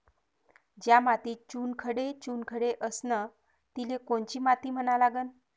ज्या मातीत चुनखडे चुनखडे असन तिले कोनची माती म्हना लागन?